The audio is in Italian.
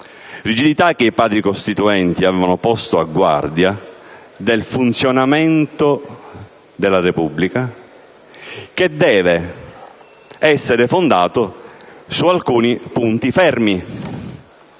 rigidità che i Padri costituenti avevano posto a guardia del funzionamento della Repubblica, che deve essere fondato su alcuni punti fermi.